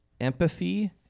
empathy